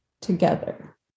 together